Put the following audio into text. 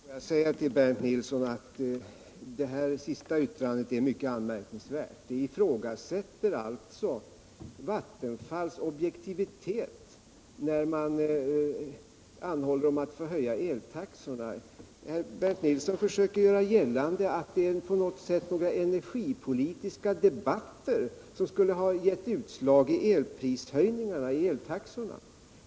Herr talman! Låt mig säga till Bernt Nilsson att hans senaste yttrande är mycket anmärkningsvärt. Det ifrågasätter Vattenfalls objektivitet när man anhåller att få höja eltaxorna. Bernt Nilsson försöker göra gällande att någon sorts energipolitiska debatter skulle ha gett utslag i höjning av eltaxorna.